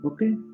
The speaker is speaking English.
Okay